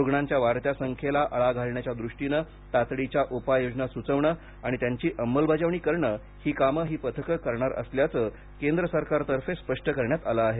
रुग्णांच्या वाढत्या संख्येला आळा घालण्याच्या दृष्टीनं तातडीच्या उपाययोजना सुचविणं आणि त्यांची अंमलबजावणी करणं ही कामं ही पथकं करणार असल्याचं केंद्र सरकारतर्फे स्पष्ट करण्यात आलं आहे